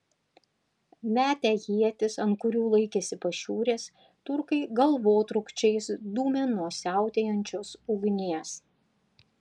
metę ietis ant kurių laikėsi pašiūrės turkai galvotrūkčiais dūmė nuo siautėjančios ugnies